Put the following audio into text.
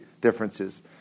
differences